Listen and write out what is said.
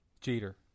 Jeter